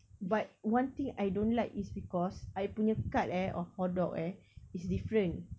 but one thing I don't like is because I punya cut eh of hotdog eh is different